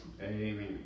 Amen